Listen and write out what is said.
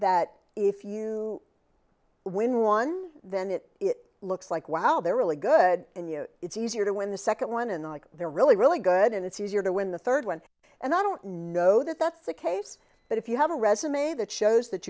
that if you win one then it it looks like wow they're really good and you know it's easier to win the second one and the like they're really really good and it's easier to win the third one and i don't know that that's the case but if you have a resume that shows that